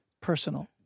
personal